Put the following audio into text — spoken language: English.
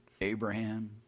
Abraham